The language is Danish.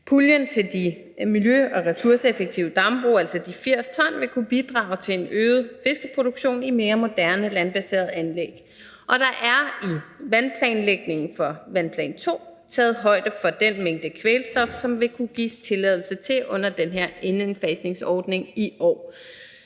Puljen til de miljø- og ressourceeffektive dambrug, altså de 80 t, vil kunne bidrage til en øget fiskeproduktion i mere moderne, landbaserede anlæg, og der er i vandplanlægning for vandplan II taget højde for den mængde af kvælstof, som der vil kunne gives tilladelse til under den her N-indfasningsordning i år,